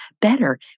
better